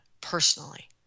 personally